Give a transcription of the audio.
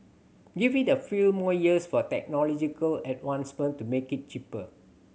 give it a few more years for technological advancement to make it cheaper